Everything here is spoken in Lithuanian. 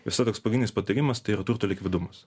visad toks pagrindinis patarimas tai yra turto likvidumas